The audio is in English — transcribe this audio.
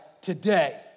today